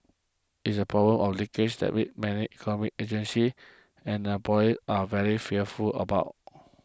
it is the problem of 'leakage' that many economic agencies and employers are very fearful about